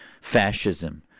fascism